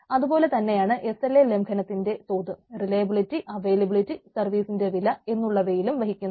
അതുപോലെ തന്നെയാണ് SLA ലംഘനത്തിന്റെ തോത് റിലയബിലിറ്റി അവൈലബിലിറ്റി സർവ്വീസിന്റെ വില എന്നുള്ളവയിലും വഹിക്കുന്നത്